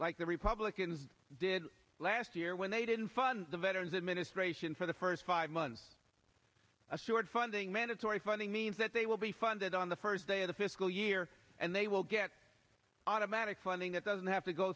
like the republicans did last year when they didn't fund the veterans administration for the first five months assured funding mandatory funding means that they will be funded on the first day of the fiscal year and they will get automatic funding that doesn't have to go